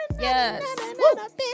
Yes